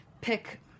pick